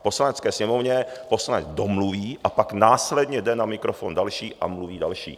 V Poslanecké sněmovně poslanec domluví a pak následně jde na mikrofon další a mluví další.